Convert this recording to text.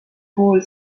pool